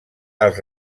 als